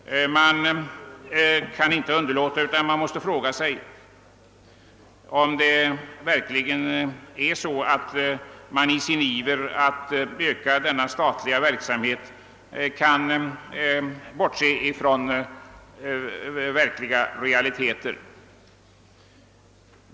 Kan man verkligen i sin iver att öka denna statliga verksamhet bortse ifrån realiteterna?